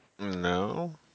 No